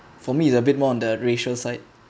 for me it's a bit more on the racial side